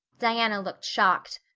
diana looked shocked.